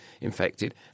infected